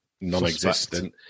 non-existent